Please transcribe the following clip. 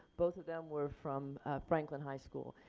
both of them were from franklin high school.